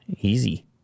Easy